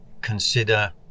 consider